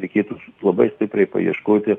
reikėtų labai stipriai paieškoti